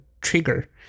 trigger